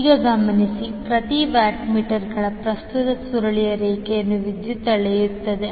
ಈಗ ಗಮನಿಸಿ ಪ್ರತಿ ವ್ಯಾಟ್ ಮೀಟರ್ನ ಪ್ರಸ್ತುತ ಸುರುಳಿ ರೇಖೆಯ ವಿದ್ಯುತ್ ಅಳೆಯುತ್ತದೆ